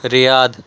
Riyadh